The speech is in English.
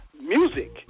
music